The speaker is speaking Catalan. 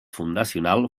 fundacional